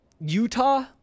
Utah